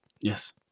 Yes